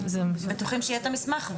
בטוחים שיהיה את המסמך,